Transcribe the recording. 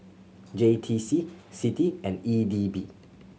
J T C CITI and E D B